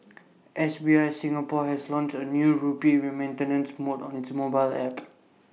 S B I Singapore has launched A new rupee remittance mode on its mobile app